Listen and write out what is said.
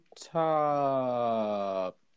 top